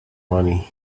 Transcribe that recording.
money